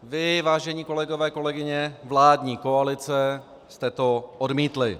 Vy, vážení kolegové, kolegyně vládní koalice, jste to odmítli.